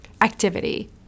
activity